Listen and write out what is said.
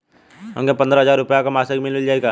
हमके पन्द्रह हजार रूपया क मासिक मिल जाई का?